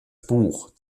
buch